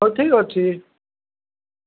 ହଉ ଠିକ୍ ଅଛି